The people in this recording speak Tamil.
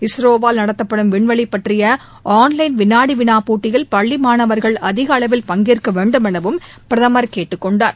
இஸ்ரோவால் நடத்தப்படும் விண்வெளி பற்றிய ஆன்லைன் விளாடிவிளா போட்டியில் பள்ளி மாணவர்கள் அதிக அளவில் பங்கேற்க வேண்டும் எனவும் பிரதமர் கேட்டுக் கொண்டார்